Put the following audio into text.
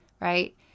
right